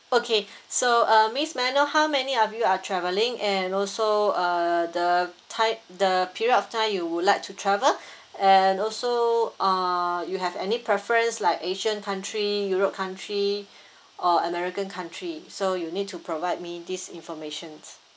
okay so uh miss may I know how many of you are traveling and also uh the time the period of time you would like to travel and also uh you have any preference like asian country europe country or american country so you need to provide me these information